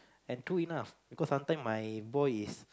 and true enough because sometime my boy is